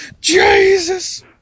Jesus